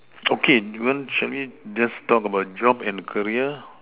okay you want show me just talk about job and career